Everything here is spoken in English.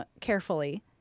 carefully